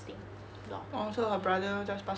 orh so her brother just pass to her do lah